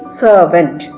servant